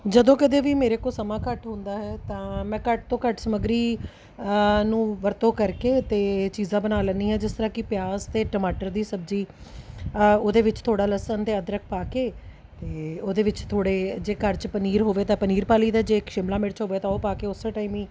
ਜਦੋਂ ਕਦੇ ਵੀ ਮੇਰੇ ਕੋਲ ਸਮਾਂ ਘੱਟ ਹੁੰਦਾ ਹੈ ਤਾਂ ਮੈਂ ਘੱਟ ਤੋਂ ਘੱਟ ਸਮੱਗਰੀ ਨੂੰ ਵਰਤੋਂ ਕਰਕੇ ਅਤੇ ਚੀਜ਼ਾਂ ਬਣਾ ਲੈਂਦੀ ਹਾਂ ਜਿਸ ਤਰ੍ਹਾਂ ਕਿ ਪਿਆਜ ਅਤੇ ਟਮਾਟਰ ਦੀ ਸਬਜ਼ੀ ਉਹਦੇ ਵਿੱਚ ਥੋੜ੍ਹਾ ਲਸਣ ਅਤੇ ਅਦਰਕ ਪਾ ਕੇ ਅਤੇ ਉਹਦੇ ਵਿੱਚ ਥੋੜ੍ਹੇ ਜੇ ਘਰ 'ਚ ਪਨੀਰ ਹੋਵੇ ਤਾਂ ਪਨੀਰ ਪਾ ਲਈ ਦਾ ਜੇ ਸ਼ਿਮਲਾ ਮਿਰਚ ਹੋਵੇ ਤਾਂ ਉਹ ਪਾ ਕੇ ਉਸ ਟਾਈਮ ਹੀ